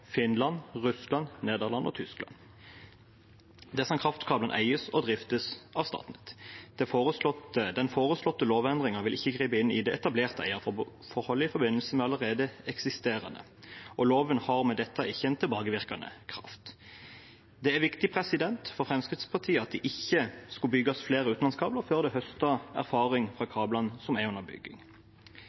Finland, Russland, Nederland og Tyskland. Disse kraftkablene eies og driftes av Statnett. Den foreslåtte lovendringen vil ikke gripe inn i det etablerte eierforholdet i forbindelse med det allerede eksisterende, og loven har med dette ikke en tilbakevirkende kraft. Det var viktig for Fremskrittspartiet at det ikke skulle bygges flere utenlandskabler før man høstet erfaring fra kablene som er under bygging,